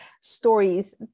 stories